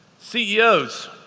ceos,